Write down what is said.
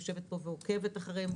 יושבת פה ועוקבת אחריהם,